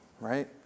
right